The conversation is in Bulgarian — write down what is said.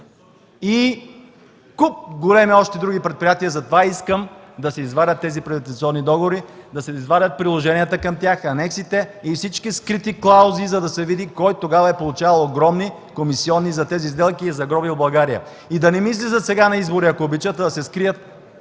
и куп големи още предприятия! Затова искам да се извадят тези приватизационни договори, да се извадят приложенията към тях, анексите и всички скрити клаузи, за да се види кой тогава е получавал огромни комисионни за тези сделки и е загробил България. И да не мислят сега за избори, а да се скрият